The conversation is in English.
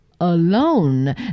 alone